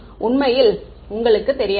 உண்மையில் உங்களுக்கு தெரியாது